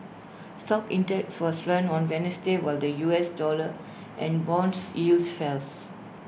stock index was flat on Wednesday while the U S dollar and bonds yields fells